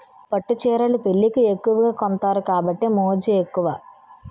పట్టు చీరలు పెళ్లికి ఎక్కువగా కొంతారు కాబట్టి మోజు ఎక్కువ